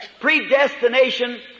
Predestination